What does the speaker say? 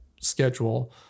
schedule